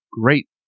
great